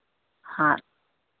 हाँ